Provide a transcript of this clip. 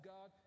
God